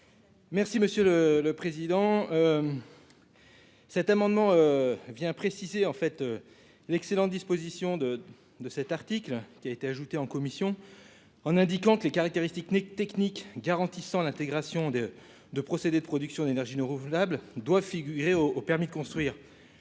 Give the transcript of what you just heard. Merci monsieur le le président. Cet amendement vient préciser, en fait, l'excellente disposition de de cet article qui a été ajouté en commission, en indiquant que les caractéristiques Nick techniques garantissant l'intégration de de procédés de production d'énergie rouvre Venables doit figurer au au permis de construire,